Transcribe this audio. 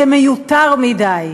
זה מיותר מדי.